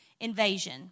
invasion